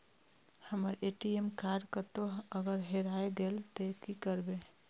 हमर ATM card कतहो अगर हेराय गले ते की करबे?